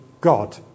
God